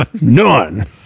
none